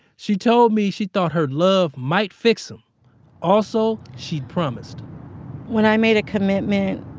she told me she thought her love might fix him also she'd promised when i made a commitment